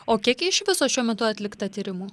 o kiek iš viso šiuo metu atlikta tyrimų